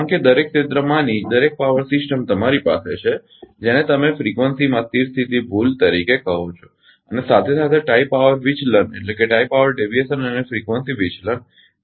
કારણ કે દરેક ક્ષેત્રમાંની દરેક પાવર સિસ્ટમ તમારી પાસે છે જેને તમે ફ્રીકવંસીમાં સ્થિર સ્થિતિ ભૂલ તરીકે કહો છો અને સાથે સાથે ટાઇ પાવર વિચલન અને ફ્રીકવંસી વિચલન